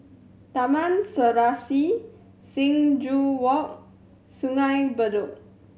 Taman Serasi Sing Joo Walk Sungei Bedok